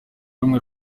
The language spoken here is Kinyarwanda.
rumwe